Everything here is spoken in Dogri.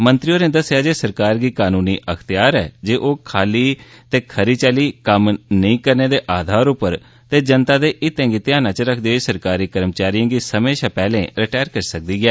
मंत्री होरें दस्सेआ जे सरकार गी कानूनी अख्तेआर ऐ जे ओ खरी चाल्ली कम्म नेंई करने दे आधार उप्पर ते जनता दे हितें गी ध्याना च रक्खदे होई सरकारी कर्मचारियें गी समें शा पैहलें रटैर करी सकदी ऐ